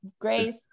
grace